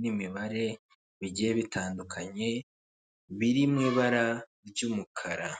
n'imibare bigiye bitandukanye biri mu ibara ry'umukara.